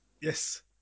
yes